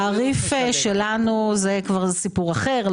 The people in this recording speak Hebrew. התעריף שלנו הוא כבר סיפור אחר,